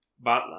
Butler